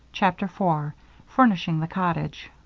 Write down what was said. chapter four furnishing the cottage